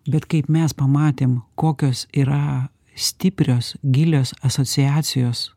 bet kaip mes pamatėm kokios yra stiprios gilios asociacijos